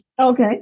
Okay